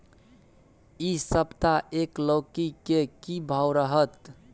इ सप्ताह एक लौकी के की भाव रहत?